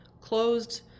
closed